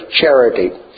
charity